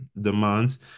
demands